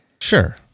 Sure